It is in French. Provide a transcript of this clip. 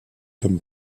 comme